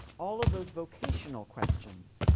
all of those vocational questions,